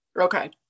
Okay